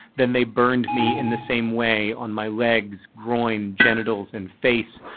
then they burned me in the same way on my legs, groin, genitals, and face.